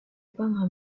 peindre